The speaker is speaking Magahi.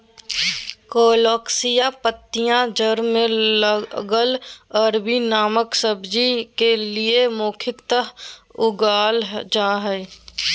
कोलोकेशिया पत्तियां जड़ में लगल अरबी नामक सब्जी के लिए मुख्यतः उगाल जा हइ